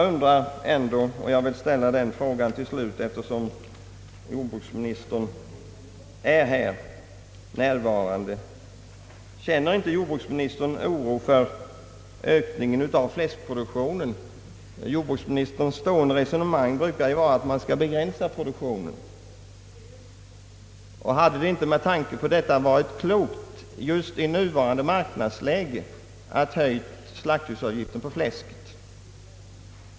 Slutligen vill jag ställa följande fråga, eftersom jordbruksministern är närvarande: Känner inte jordbruksministern oro för ökningen av fläskproduktionen? Jordbruksministerns stående resonemang brukar ju vara att man skall begränsa produktionen. Hade det inte med tanke på detta varit klokt att i nuvarande marknadsläge höja slaktdjursavgiften på fläsk?